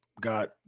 got